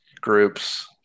groups